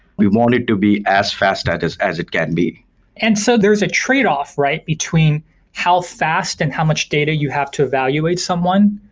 we want it to be as fast as as it can be and so there's a tradeoff right, between how fast and how much data you have to evaluate someone,